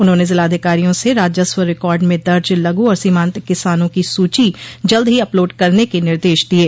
उन्होंने जिलाधिकारियों से राजस्व रिकार्ड में दर्ज लघु और सीमान्त किसानों की सूची जल्द ही अपलोड करने के निर्देश दिये